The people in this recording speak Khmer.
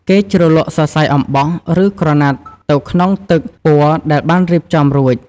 គេជ្រលក់សរសៃអំបោះ ឬក្រណាត់ទៅក្នុងទឹកពណ៌ដែលបានរៀបចំរួច។